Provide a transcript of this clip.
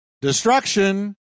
Destruction